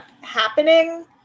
happening